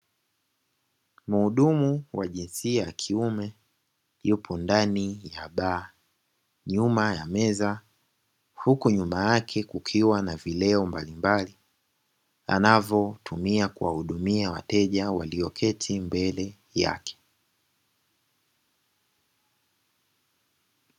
Muhudumu wa jinsi ya kiume yupo ndani ya baa, nyuma ya meza huku nyuma yake kukiwa na vileo mbalimbali anavyotumia kuwahudumia wateja waliokaa mbele yake.